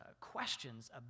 questions